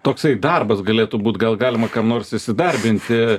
toksai darbas galėtų būt gal galima kam nors įsidarbinti